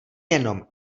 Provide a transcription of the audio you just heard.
jenom